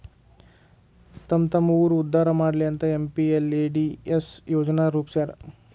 ತಮ್ಮ್ತಮ್ಮ ಊರ್ ಉದ್ದಾರಾ ಮಾಡ್ಲಿ ಅಂತ ಎಂ.ಪಿ.ಎಲ್.ಎ.ಡಿ.ಎಸ್ ಯೋಜನಾ ರೂಪ್ಸ್ಯಾರ